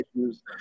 issues